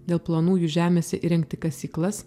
dėl planų jų žemėse įrengti kasyklas